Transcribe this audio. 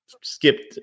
skipped